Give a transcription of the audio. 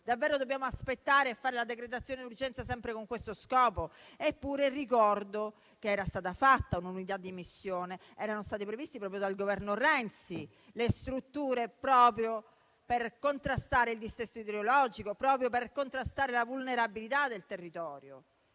Davvero dobbiamo aspettare e ricorrere alla decretazione d'urgenza sempre con questo scopo? Eppure, ricordo che era stata creata un'unità di missione, che erano state previste proprio dal Governo Renzi le strutture per contrastare il dissesto idrogeologico e la vulnerabilità del territorio: